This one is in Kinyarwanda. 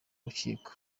rukiko